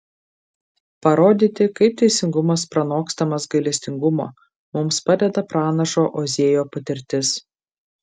parodyti kaip teisingumas pranokstamas gailestingumo mums padeda pranašo ozėjo patirtis